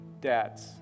dads